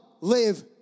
live